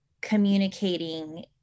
communicating